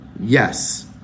yes